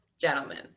gentlemen